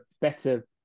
better